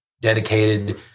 dedicated